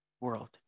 world